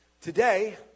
Today